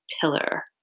pillar